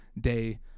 day